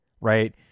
right